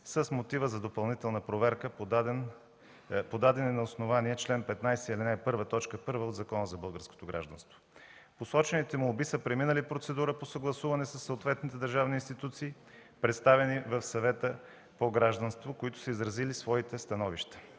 с мотива за допълнителна проверка, подадени на основание чл. 15, ал. 1, т. 1 от Закона за българското гражданство. Посочените молби са преминали процедура по съгласуване със съответните държавни институции, представени са в Съвета по гражданството, които са изразили своите становища.